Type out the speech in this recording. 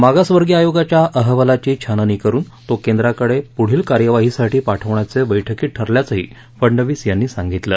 मागासवर्गीय आयोगाच्या अहवालाची छाननी करुन तो केंद्राकडे पुढील कार्यवाहीसाठी पाठवण्याचे बैठकीत ठरल्याचेही फडणवीस यांनी सांगितले